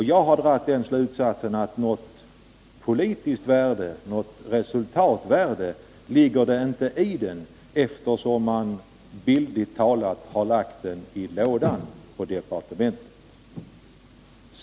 Jag har dragit slutsatsen att något politiskt värde — något resultatvärde — inte ligger i rapporten, eftersom man bildligt talat har lagt den i lådan i departementet.